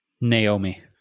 Naomi